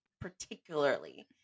particularly